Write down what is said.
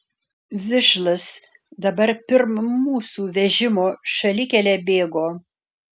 vižlas dabar pirm mūsų vežimo šalikele bėgo